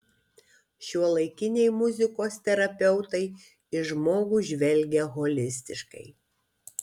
šiuolaikiniai muzikos terapeutai į žmogų žvelgia holistiškai